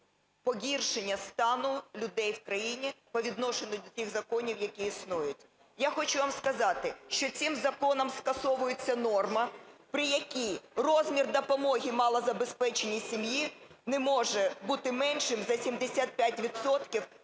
погіршення стану людей в країні по відношенню до тих законів, які існують. Я хочу вам сказати, що цим законом скасовується норма, при якій розмір допомоги малозабезпеченій сім'ї не може бути меншим за 75